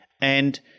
And-